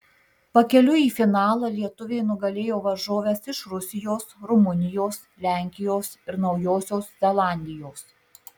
pakeliui į finalą lietuvė nugalėjo varžoves iš rusijos rumunijos lenkijos ir naujosios zelandijos